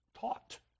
taught